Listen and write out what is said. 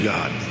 God